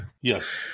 Yes